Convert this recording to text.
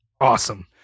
Awesome